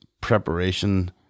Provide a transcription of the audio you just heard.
preparation